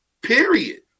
Period